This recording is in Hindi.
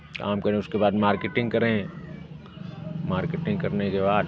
काम करे उसके बाद मार्केटिंग करें मार्केटिंग करने के बाद